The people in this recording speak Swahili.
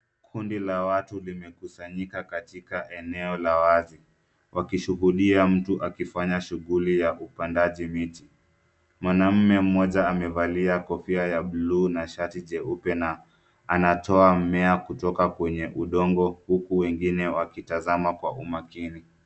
Kundi la watu limekusanyika katika eneo la wazi wakishuhudia mtu akifaya shuguli ya upandaji mti. mwanaume mmoja amevali akofia ya buluu na shati jeupe na anatoa mmea kutoka kwenye udongo huku wengine wakitazama kwa umakini.